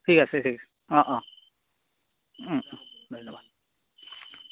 ঠিক আছে ঠিক আছে অঁ অঁ ধন্যবাদ